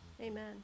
Amen